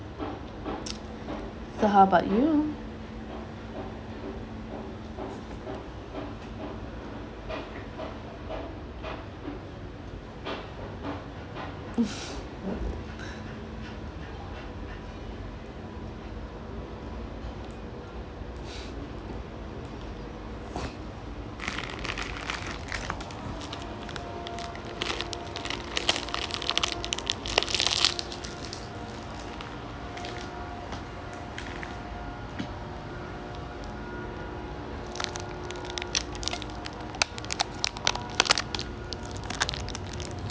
so how about you